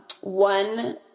one